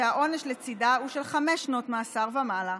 שהעונש לצידה הוא של חמש שנות מאסר ומעלה.